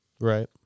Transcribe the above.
Right